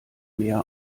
mehr